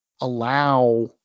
allow